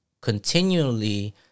continually